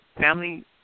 family